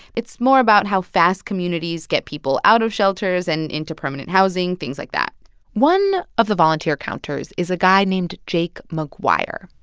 it's more about how fast communities get people out of shelters and into permanent housing things like that one of the volunteer counters is a guy named jake maguire.